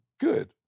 good